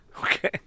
Okay